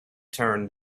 turn